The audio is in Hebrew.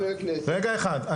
רגע אחד,